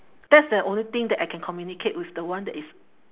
that's the only thing that I can communicate with the one that is